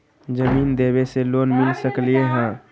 जमीन देवे से लोन मिल सकलइ ह?